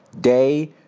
Day